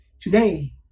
today